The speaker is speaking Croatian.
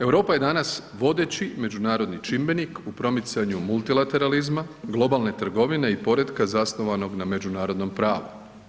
Europa je danas vodeći međunarodni čimbenik u promicanju multilateralizma, globalne trgovine i poretka zasnovanog na međunarodnom pravu.